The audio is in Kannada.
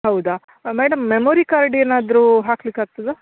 ಹೌದಾ ಮೇಡಮ್ ಮೆಮೋರಿ ಕಾರ್ಡ್ ಏನಾದರು ಹಾಕ್ಲಿಕೆ ಆಗ್ತದಾ